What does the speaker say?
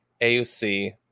AUC